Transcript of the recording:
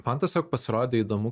man tiesiog pasirodė įdomu